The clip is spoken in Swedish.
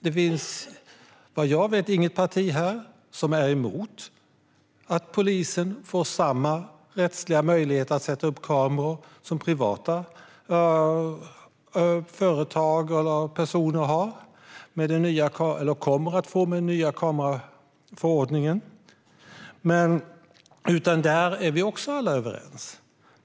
Vad jag vet finns det inget parti här som är emot att polisen får samma rättsliga möjlighet att sätta upp kameror som privatpersoner eller företag kommer att få med den nya kameraförordningen. Även där är vi alla överens.